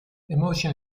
emotion